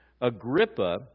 Agrippa